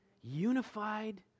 Unified